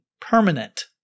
permanent